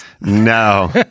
No